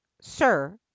sir